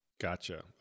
Gotcha